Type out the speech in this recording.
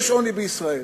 יש עוני בישראל.